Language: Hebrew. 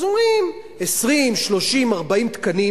אומרים: 20, 30, 40 תקנים,